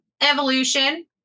evolution